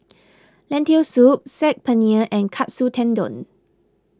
Lentil Soup Saag Paneer and Katsu Tendon